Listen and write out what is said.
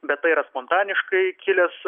be tai yra spontaniškai kilęs